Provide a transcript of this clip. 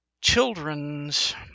children's